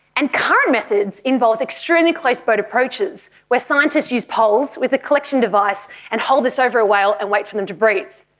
and current methods involve extremely close-boat approaches, where scientists use poles with a collection device and hold this over a whale and wait for them to breathe.